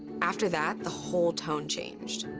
after that, the whole tone changed.